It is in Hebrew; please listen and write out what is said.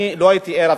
אני לא הייתי ער,